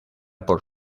por